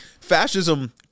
fascism